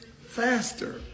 faster